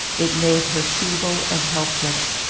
it made her feeble and helpless.